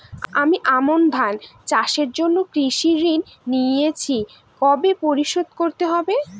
আমি আমন ধান চাষের জন্য কৃষি ঋণ নিয়েছি কবে পরিশোধ করতে হবে?